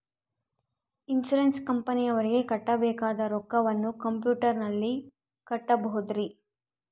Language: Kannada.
ಇನ್ಸೂರೆನ್ಸ್ ಕಂಪನಿಯವರಿಗೆ ಕಟ್ಟಬೇಕಾದ ರೊಕ್ಕವನ್ನು ಕಂಪ್ಯೂಟರನಲ್ಲಿ ಕಟ್ಟಬಹುದ್ರಿ?